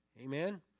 Amen